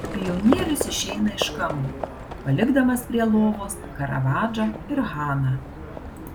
pionierius išeina iš kambario palikdamas prie lovos karavadžą ir haną